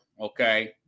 okay